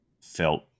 felt